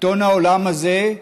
עיתון העולם הזה,